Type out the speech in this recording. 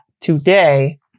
today